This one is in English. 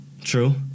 True